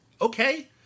Okay